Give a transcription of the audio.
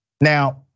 Now